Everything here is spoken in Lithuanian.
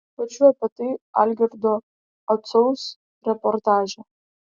plačiau apie tai algirdo acaus reportaže